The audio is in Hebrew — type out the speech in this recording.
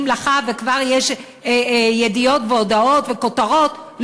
מלאכה וכבר יש ידיעות והודעות וכותרות,